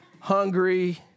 hungry